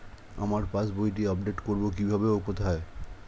আমার পাস বইটি আপ্ডেট কোরবো কীভাবে ও কোথায়?